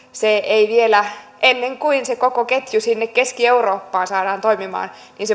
se ei vielä ennen kuin se koko ketju sinne keski eurooppaan saadaan toimimaan